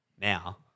now